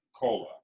cola